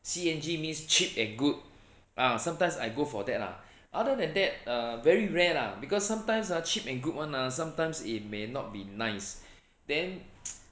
C N G means cheap and good ah sometimes I go for that lah other than that err very rare lah because sometimes ah cheap and good [one] ah sometimes it may not be nice then